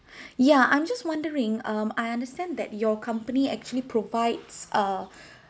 yeah I'm just wondering um I understand that your company actually provides err